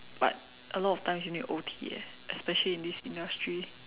but a lot of time you need to O_T eh especially in this industry